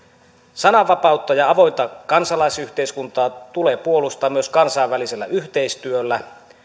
sananvapautta ja avointa kansalaisyhteiskuntaa tulee puolustaa myös kansainvälisellä yhteistyöllä